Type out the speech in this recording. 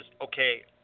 okay